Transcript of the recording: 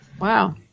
Wow